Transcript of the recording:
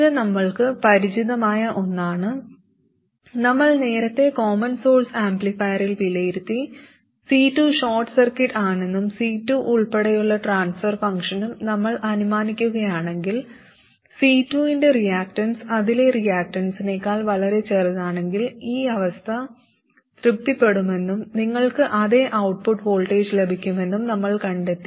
ഇത് നമ്മൾക്ക് പരിചിതമായ ഒന്നാണ് നമ്മൾ നേരത്തെ കോമൺ സോഴ്സ് ആംപ്ലിഫയറിൽ വിലയിരുത്തി C2 ഷോർട്ട് സർക്യൂട്ട് ആണെന്നും C2 ഉൾപ്പെടെയുള്ള ട്രാൻസ്ഫർ ഫംഗ്ഷനും നമ്മൾ അനുമാനിക്കുകയാണെങ്കിൽ C2 ന്റെ റിയാക്ടൻസ് അതിലെ റെസിസ്റ്റൻസിനേക്കാൾ വളരെ ചെറുതാണെങ്കിൽ ഈ അവസ്ഥ തൃപ്തിപ്പെടുമെന്നും നിങ്ങൾക്ക് അതേ ഔട്ട്പുട്ട് വോൾട്ടേജ് ലഭിക്കുമെന്നും നമ്മൾ കണ്ടെത്തി